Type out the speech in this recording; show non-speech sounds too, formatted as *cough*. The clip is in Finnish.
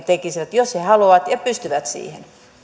*unintelligible* tekisivät jos he he haluavat ja pystyvät siihen